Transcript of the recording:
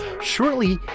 shortly